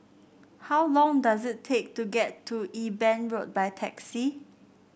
how long does it take to get to Eben Road by taxi